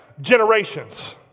generations